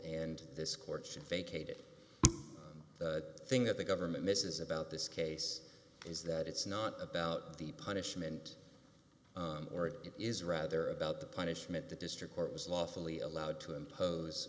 and this court should vacated the thing that the government misses about this case is that it's not about the punishment or it is rather about the punishment the district court was lawfully allowed to impose